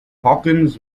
hawkins